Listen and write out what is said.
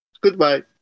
Goodbye